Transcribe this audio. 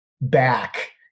back